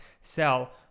sell